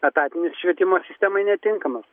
etatinis švietimo sistemai netinkamas